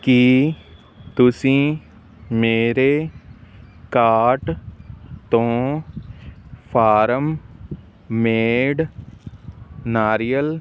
ਕੀ ਤੁਸੀਂ ਮੇਰੇ ਕਾਰਟ ਤੋਂ ਫਾਰਮ ਮੇਡ ਨਾਰੀਅਲ